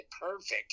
perfect